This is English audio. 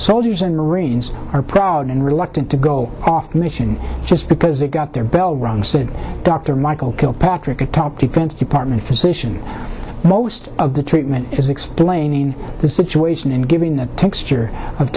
soldiers and marines are proud and reluctant to go off mission just because they got their bell rung said dr michael kilpatrick a top defense department physician most of the treatment is explaining the situation and giving the texture of